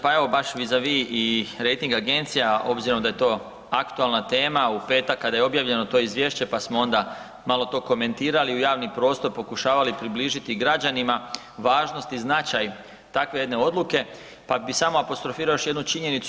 Pa evo baš vis a vis i rejting agencija obzirom da je to aktualna tema u petak kada je objavljeno to izvješće pa smo onda malo to komentirali u javni prostor, pokušavali približiti građanima važnost i značaj takve jedne odluke, pa bih samo apostrofirao još jednu činjenicu.